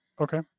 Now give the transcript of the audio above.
okay